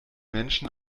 menschen